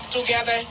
together